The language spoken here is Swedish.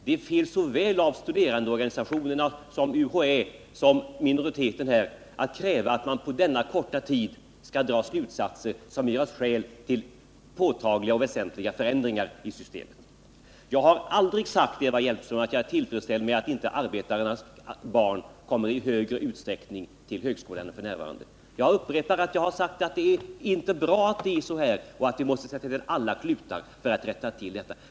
Det är fel såväl av studerandeorganisationerna och UHÄ som av minoriteten här att säga att man på denna korta tid kan dra slutsatser som ger oss skäl till påtagliga och väsentliga förändringar i systemet. Jag har aldrig sagt, Eva Hjelmström, att jag är tillfredsställd med att arbetarnas barn inte i större utsträckning än vad som f. n. är fallet kommer till högskolan. Jag upprepar att jag sagt att det inte är bra att det är så här och att vi måste sätta till alla klutar för att rätta till det hela.